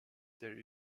there